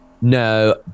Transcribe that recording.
No